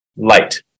Light